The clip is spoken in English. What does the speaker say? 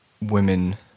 women